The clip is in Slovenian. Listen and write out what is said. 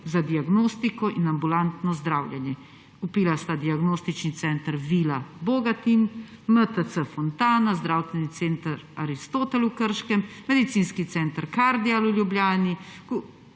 za diagnostiko in ambulantno zdravljenje. Kupila sta Diagnostični center Vila Bogatin, MTC Fontana, zdravstveni center Aristotel v Krškem, Medicinski center Cardial v Ljubljani,